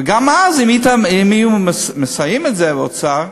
וגם אז, אם היו מסייעים בזה באוצר,